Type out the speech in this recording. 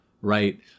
right